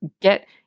get